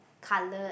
coloured